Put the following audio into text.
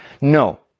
No